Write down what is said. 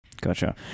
Gotcha